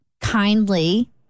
kindly